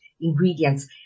ingredients